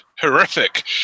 horrific